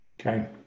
okay